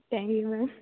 thank you ma'am